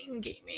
gaming